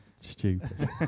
stupid